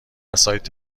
سایت